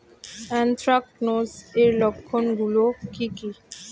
Anthracnose এর লক্ষণ গুলো কি কি?